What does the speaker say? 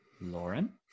Lauren